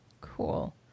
Cool